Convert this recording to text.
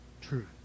truth